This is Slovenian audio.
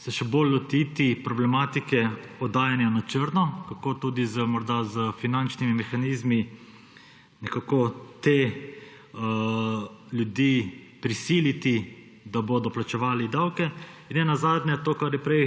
se še bolj lotiti problematike oddajanja na črtno, kako tudi morda s finančnimi mehanizmi nekako te ljudi prisiliti, da bodo plačevali davke. Nenazadnje to, kar je prej